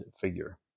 figure